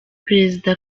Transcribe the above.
perezida